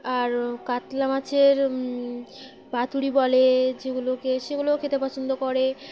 আর কাতলা মাছের পাতুড়ি বলে যেগুলোকে সেগুলোও খেতে পছন্দ করে